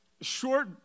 short